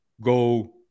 go